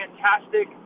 fantastic